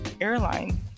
airline